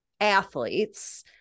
athletes